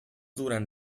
duran